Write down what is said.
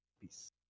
Peace